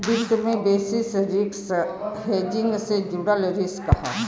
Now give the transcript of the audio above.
वित्त में basis risk hedging से जुड़ल रिस्क हौ